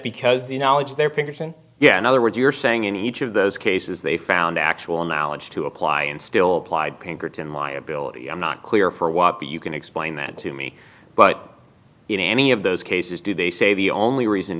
because the knowledge there pinkerton yeah in other words you're saying in each of those cases they found actual knowledge to apply and still plied pinkerton liability i'm not clear per watt but you can explain that to me but in any of those cases do they say the only reason